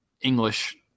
English